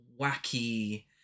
wacky